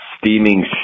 steaming